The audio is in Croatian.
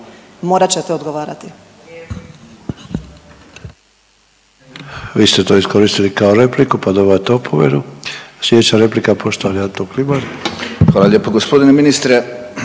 morat ćete odgovarati.